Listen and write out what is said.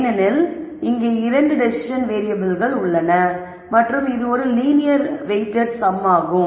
ஏனெனில் இங்கே 2 டெசிசன் வேறியபிள்கள் உள்ளன மற்றும் இது ஒரு லீனியர் வெயிட்டெட் சம்மாகும்